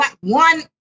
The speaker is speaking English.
One